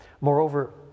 Moreover